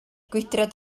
gwydraid